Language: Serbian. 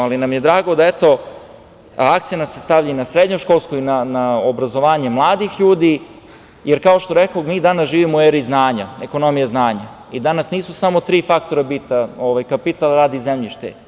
Drago nam je da se akcenat stavlja na srednjoškolsko i na obrazovanje mladih ljudi, jer kao što rekoh, mi danas živimo u eri znanja, ekonomije znanja i danas nisu bitna samo tri faktora – kapital, rad i zemljište.